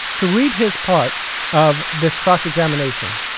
to read his part of this cross examination.